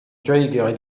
dreigiau